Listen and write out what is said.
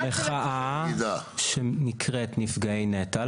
המחאה שנקראת נפגעי נת"ע.